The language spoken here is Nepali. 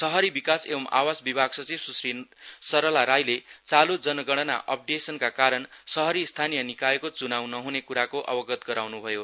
शहरी विकास एंव आवास विभाग सचिव सुश्री सरला राईले चालू जनगणना अपडेसनका कारण शहरी स्थानीय निकायको चुनाउ नहुने कुराको अवगत गराउनु भयो